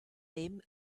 them